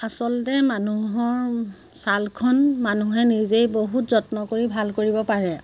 আচলতে মানুহৰ ছালখন মানুহে নিজেই বহুত যত্ন কৰি ভাল কৰিব পাৰে